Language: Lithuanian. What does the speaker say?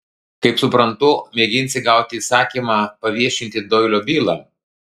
kaip suprantu mėginsi gauti įsakymą paviešinti doilio bylą